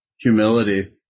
humility